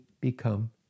become